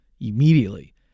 immediately